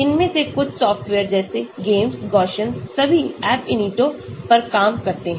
इनमें से कुछ सॉफ्टवेयर जैसे GAMESS Gaussian सभी Ab initio पर काम करते हैं